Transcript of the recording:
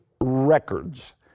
records